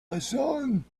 hassan